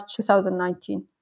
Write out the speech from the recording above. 2019